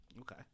Okay